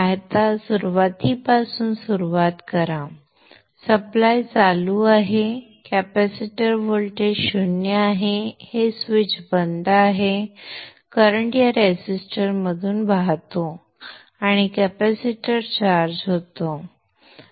आता सुरुवातीपासून सुरुवात करा पुरवठा चालू आहे कॅपॅसिटर व्होल्टेज 0 आहे हे स्विच बंद आहे करंट या रेझिस्टरमधून वाहतो आणि कॅपेसिटर चार्ज होतो